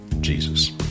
jesus